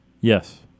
Yes